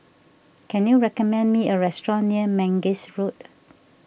can you recommend me a restaurant near Mangis Road